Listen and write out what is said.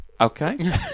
Okay